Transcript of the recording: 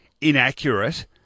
inaccurate